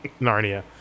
Narnia